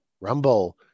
Rumble